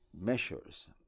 measures